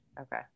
Okay